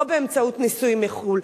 או באמצעות נישואים מחו"ל.